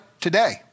today